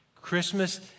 Christmas